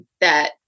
that-